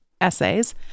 essays